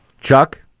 Chuck